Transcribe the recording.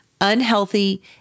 unhealthy